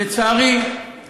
לצערי,